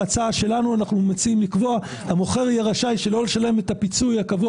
בהצעה שלנו אנחנו מציעים לקבוע שהמוכר יהיה רשאי שלא לשלם את הפיצוי הקבוע